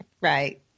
Right